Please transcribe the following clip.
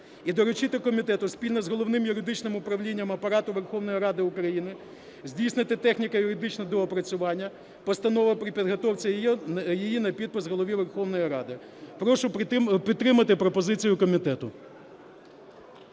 і доручити комітету спільно із Головним юридичним управлінням Апарату Верховної Ради України здійснити техніко-юридичне доопрацювання постанови при підготовці її на підпис Голові Верховної Ради. Прошу підтримати пропозицію комітету.